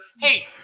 Hey